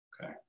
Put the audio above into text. okay